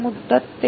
first મુદત